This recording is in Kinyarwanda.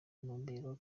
intumbero